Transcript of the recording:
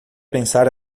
pensar